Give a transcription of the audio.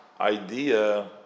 idea